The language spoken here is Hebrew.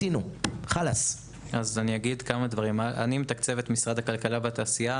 אני מתקצב את משרד הכלכלה והתעשייה.